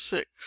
Six